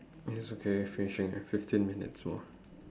it's okay finishing ya fifteen minutes more